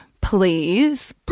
please